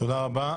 תודה רבה.